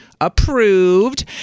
Approved